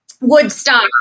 Woodstock